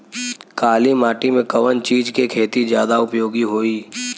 काली माटी में कवन चीज़ के खेती ज्यादा उपयोगी होयी?